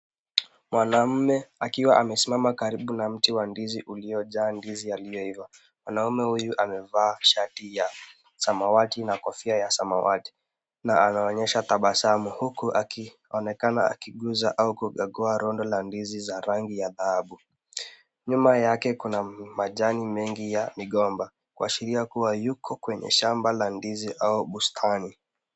Mwanaume akiwa amesimama karibu na mti wa ndizi uliojaa ndizi yaliyoiva. Mwanaume huyu amevaa shati ya samawati na kofia ya samawati na anaonyesha tabasamu huku akionekana akiguza au kukagua rundo la ndizi za rangi ya dhahabu. Nyuma yake kuna majani mengi ya migomba kuashiria kuwa yuko kwenye shamba la ndizi au bustani.